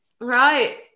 right